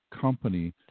company